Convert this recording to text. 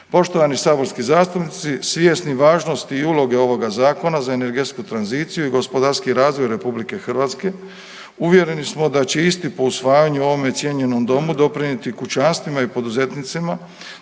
Poštovani saborski zastupnici, svjesni važnosti i uloge ovoga Zakona za energetsku tranziciju i gospodarski razvoj RH, uvjereni smo da će isti po usvajanju u ovome cijenjenom Domu doprinijeti kućanstvima i poduzetnicima,